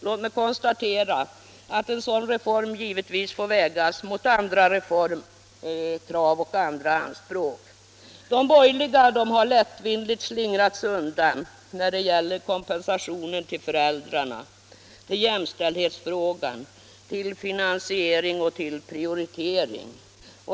Låt mig konstatera att en sådan reform givetvis får vägas mot andra reformkrav och andra anspråk. De borgerliga har lättvindigt slingrat sig undan när det gäller kompensationen till föräldrarna, jämställdhetsfrågan, finansiering och prioritering.